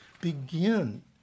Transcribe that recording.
begin